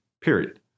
period